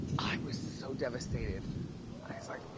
i was so devastated. i was like,